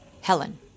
helen